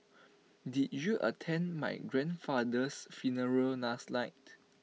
did you attend my grandfather's funeral last night